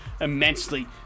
immensely